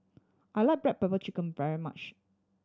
I like black pepper chicken very much